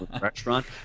restaurant